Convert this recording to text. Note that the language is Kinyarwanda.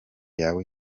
yawe